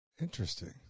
Interesting